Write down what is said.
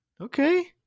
Okay